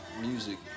music